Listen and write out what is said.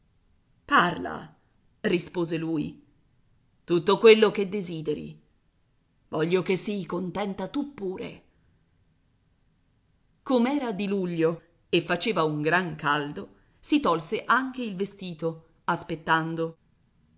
parla rispose lui tutto quello che desideri voglio che sii contenta tu pure com'era di luglio e faceva un gran caldo si tolse anche il vestito aspettando